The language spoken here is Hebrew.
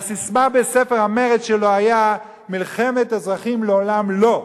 והססמה בספר "המרד" שלו היתה: מלחמת אזרחים לעולם לא.